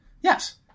Yes